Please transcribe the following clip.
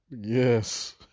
yes